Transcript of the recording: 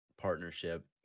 partnership